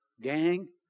gang